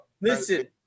Listen